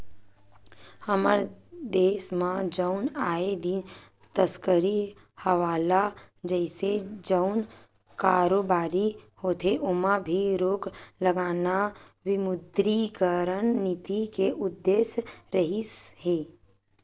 हमर देस म जउन आए दिन तस्करी हवाला जइसे जउन कारोबारी होथे ओमा भी रोक लगाना विमुद्रीकरन नीति के उद्देश्य रिहिस हे